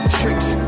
tricks